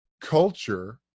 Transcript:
culture